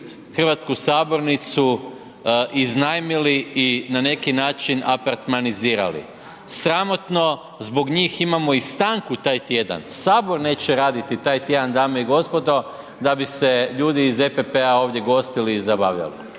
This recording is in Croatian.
hrvatsku sabornicu iznajmili i na neki način apartmanizirali. Sramotno, zbog njih imamo i stanku taj tjedan, Sabor neće raditi taj tjedan dame i gospodo da bi se ljudi iz EPP-a ovdje gostili i zabavljali.